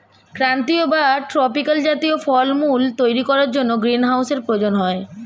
ক্রান্তীয় বা ট্রপিক্যাল জাতীয় ফলমূল তৈরি করার জন্য গ্রীনহাউসের প্রয়োজন হয়